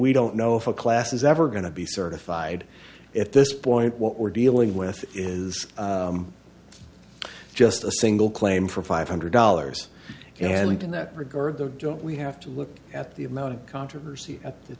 we don't know if a class is ever going to be certified at this point what we're dealing with is just a single claim for five hundred dollars and in that regard there don't we have to look at the amount of controversy